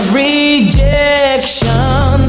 rejection